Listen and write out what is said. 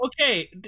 okay